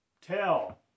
Tell